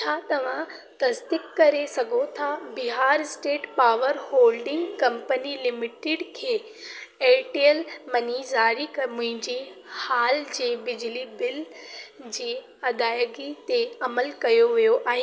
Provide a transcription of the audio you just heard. छा तव्हां तसदीक करे सघो था त Bihar State Power Holding Company Limited खे एअरटेल मनी ज़ारी मुंहिंजे हाल जे बिजली बिल जी अदायगी ते अमलि कयो वियो आहे